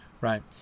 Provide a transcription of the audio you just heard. right